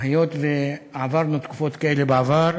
היות שעברנו תקופות כאלה בעבר,